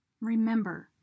Remember